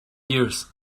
years